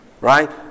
right